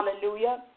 Hallelujah